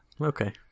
Okay